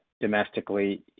domestically